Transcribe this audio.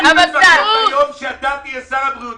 --- אני מפחד מהיום שאתה תהיה שר הבריאות,